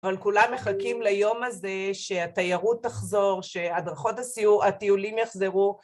אבל כולם מחכים ליום הזה שהתיירות תחזור, שהדרכות הטיולים יחזרו.